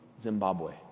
Zimbabwe